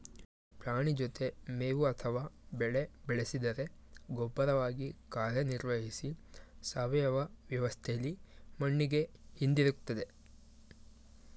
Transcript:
ಪ್ರಾಣಿ ಜೊತೆ ಮೇವು ಅಥವಾ ಬೆಳೆ ಬೆಳೆಸಿದರೆ ಗೊಬ್ಬರವಾಗಿ ಕಾರ್ಯನಿರ್ವಹಿಸಿ ಸಾವಯವ ವ್ಯವಸ್ಥೆಲಿ ಮಣ್ಣಿಗೆ ಹಿಂದಿರುಗ್ತದೆ